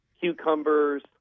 cucumbers